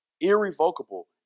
irrevocable